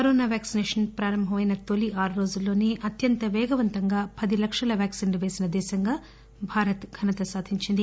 corona vaccination ప్రారంభమైన తొలి ఆరు రోజుల్లోసే అత్వంత పేగవంతంగా పది లక్షల వ్యాక్సిన్లు పేసిన దేశంగా భారత్ ఘనత సాధించింది